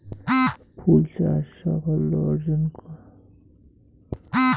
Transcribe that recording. ফুল চাষ সাফল্য অর্জন?